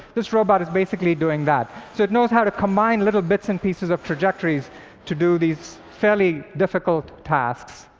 this robot is basically doing that. so it knows how to combine little bits and pieces of trajectories to do these fairly difficult tasks.